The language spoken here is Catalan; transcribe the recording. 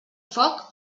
foc